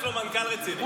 יש לו מנכ"ל רציני.